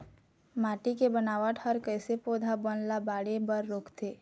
माटी के बनावट हर कइसे पौधा बन ला बाढ़े बर रोकथे?